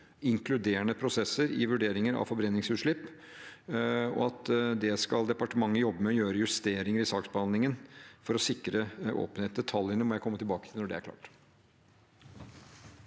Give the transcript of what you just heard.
inkluderende prosesser i vurderinger av forbrenningsutslipp, og at departementet skal jobbe med å gjøre justeringer i saksbehandlingen for å sikre åpenhet. Detaljene må jeg komme tilbake til når de er klare.